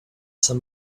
some